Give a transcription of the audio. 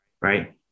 right